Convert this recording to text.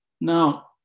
Now